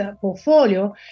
portfolio